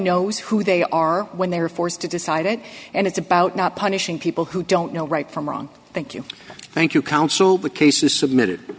knows who they are when they are forced to decide it and it's about not punishing people who don't know right from wrong thank you thank you counsel the case is submitted